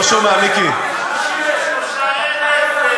למה 63,000?